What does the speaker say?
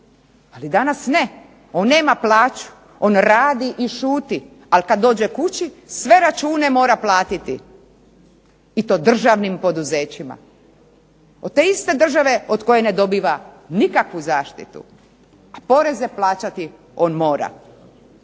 Ali danas ne. On nema plaću, on radi i šuti, ali kada dođe kući sve račune mora platiti i to državnim poduzećima od te iste države od koje ne dobiva nikakvu zaštitu, a poreze plaćati on mora.